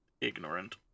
ignorant